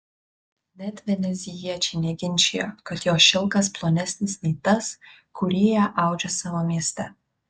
net venecijiečiai neginčijo kad jo šilkas plonesnis nei tas kurį jie audžia savo mieste